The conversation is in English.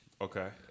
Okay